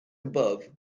above